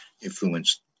influenced